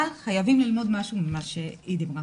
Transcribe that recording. אבל חייבים ללמוד משהו ממה שהיא אמרה.